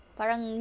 Parang